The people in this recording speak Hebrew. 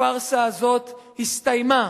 הפארסה הזאת הסתיימה.